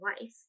life